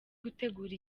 gutegura